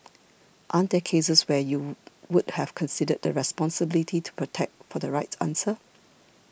aren't there cases where you would have considered the responsibility to protect for the right answer